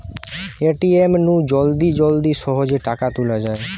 ATM নু জলদি জলদি সহজে টাকা তুলা যায়